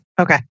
okay